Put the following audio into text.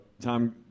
Tom